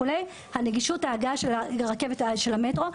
הנגישות וההגעה לרכבת של המטרו.